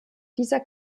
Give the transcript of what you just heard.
dieser